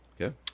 Okay